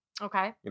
Okay